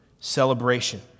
celebration